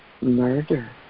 murder